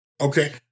Okay